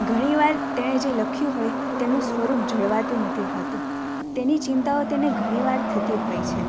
ઘણીવાર તેણે જે લખ્યું હોય તેનું સ્વરૂપ જળવાતું નથી હોતું તેની ચિંતાઓ તેને ઘણી વાર થતી હોય છે